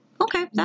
okay